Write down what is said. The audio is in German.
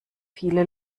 viele